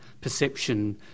perception